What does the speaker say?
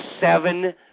seven